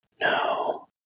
No